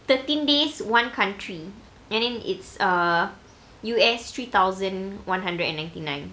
thirteen days one country and then it's err U_S three thousand one hundred and ninety nine